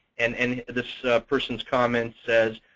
and and this person's comment says,